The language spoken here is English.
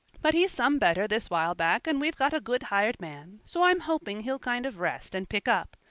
but he's some better this while back and we've got a good hired man, so i'm hoping he'll kind of rest and pick up.